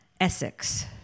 Essex